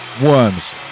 Worms